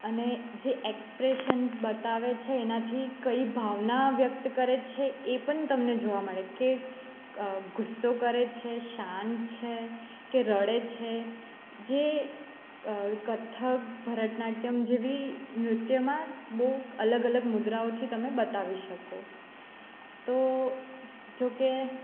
અને જે એક્સ્પ્રેશન્સ બતાવે છે એનાથી કઈ ભાવના વ્યક્ત કરે છે એ પણ તમને જોવા મળે કે ગુસ્સો કરે છે શાંત છે કે રડે છે જે કથક ભરતનાટ્યમ જેવી નૃત્યમાં બહુ અલગ અલગ મુદ્રાઓથી તમે બતાવી શકો તો જો કે